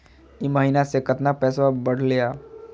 ई महीना मे कतना पैसवा बढ़लेया?